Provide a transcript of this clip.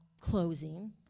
closing